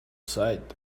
sight